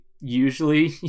Usually